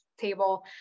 table